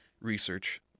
research